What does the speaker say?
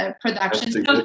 production